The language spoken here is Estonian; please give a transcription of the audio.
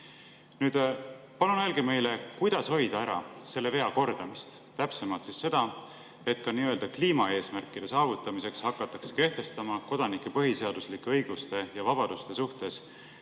Palun öelge meile, kuidas hoida ära selle vea kordamist, täpsemalt seda, et ka nii-öelda kliimaeesmärkide saavutamiseks hakatakse kehtestama kodanike põhiseaduslike õiguste ja vabaduste suhtes